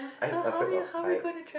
I'm afraid of height